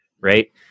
right